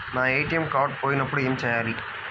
నా ATM card పోయినప్పుడు ఏమి చేయాలి?